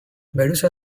medusa